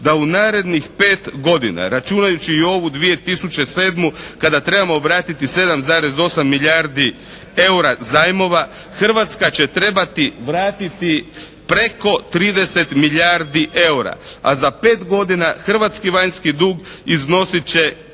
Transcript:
da u narednih 5 godina računajući i ovu 2007. kada trebamo vratiti 7,8 milijardi EUR-a zajmova Hrvatska će trebati vratiti preko 30 milijardi EUR-a. A za 5 godina hrvatski vanjski dug iznosit će